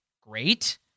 great